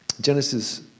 Genesis